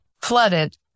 flooded